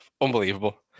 unbelievable